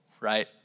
right